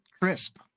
crisp